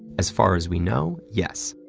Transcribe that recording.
as far as we know, yes.